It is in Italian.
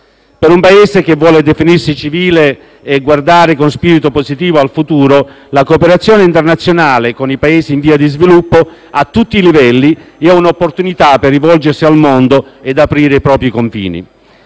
Per un Paese che vuole definirsi civile e guardare con spirito positivo al futuro, la cooperazione internazionale con i Paesi in via di sviluppo, a tutti i livelli, è un'opportunità per rivolgersi al mondo e aprire i propri confini.